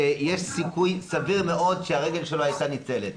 שיש סיכוי סביר מאוד שהרגל שלו היתה ניצלת,